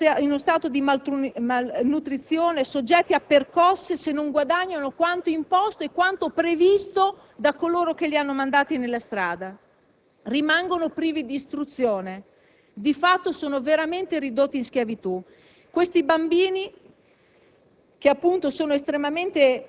Vivono per strada in uno stato di malnutrizione, soggetti a percosse se non guadagnano quanto imposto e quanto previsto da coloro che li hanno mandati per le strade. Rimangono privi di istruzione. Di fatto, sono veramente ridotti in schiavitù. Questi bambini,